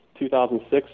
2006